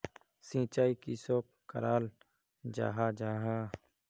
सिंचाई किसोक कराल जाहा जाहा?